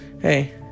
Hey